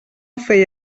feia